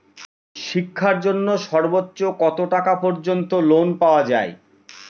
শিক্ষার জন্য সর্বোচ্চ কত টাকা পর্যন্ত লোন পাওয়া য়ায়?